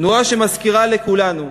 נורה שמזכירה לכולנו